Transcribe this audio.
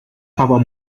power